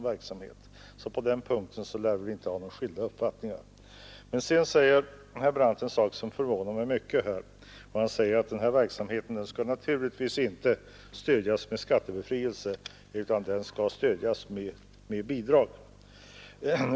På den punkten lär vi inte ha skilda uppfattningar. Men sedan sade herr Brandt en sak som förvånade mig mycket, nämligen att den verksamheten naturligtvis inte skall stödjas med skattebefrielse utan med bidrag.